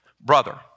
Brother